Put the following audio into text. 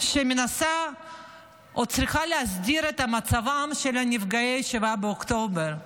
שמנסה להסדיר את מצבם של נפגעי 7 באוקטובר,